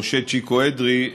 משה צ'יקו אדרי,